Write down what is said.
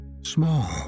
small